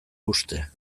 uste